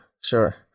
sure